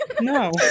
No